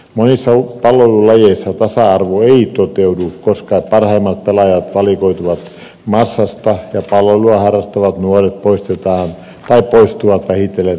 monissa palloilulajeissa tasa arvo ei toteudu koska parhaimmat pelaajat valikoituvat massasta ja palloilua harrastavat nuoret poistetaan tai poistuvat vähitellen lajista